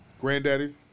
Granddaddy